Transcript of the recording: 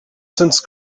since